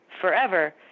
forever